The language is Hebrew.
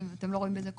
אתם לא רואים בזה קושי?